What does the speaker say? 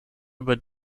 über